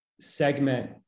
segment